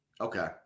Okay